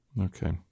Okay